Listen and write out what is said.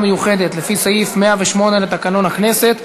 לפי סעיף 108 לתקנון הכנסת.